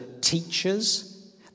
teachers